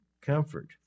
comfort